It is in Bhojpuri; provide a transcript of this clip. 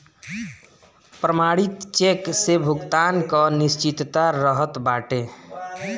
प्रमाणित चेक से भुगतान कअ निश्चितता रहत बाटे